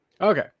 Okay